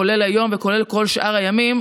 כולל היום וכולל כל שאר הימים,